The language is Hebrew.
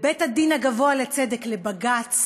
בית-הדין הגבוה לצדק, בג"ץ,